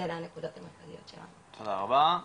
תודה רבה.